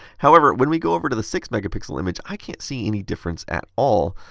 however, when we go over to the six megapixel image, i can't see any difference at all.